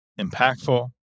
impactful